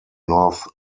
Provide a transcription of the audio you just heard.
north